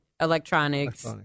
Electronics